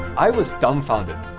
i was dumbfounded!